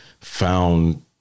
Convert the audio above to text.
found